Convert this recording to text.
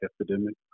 epidemic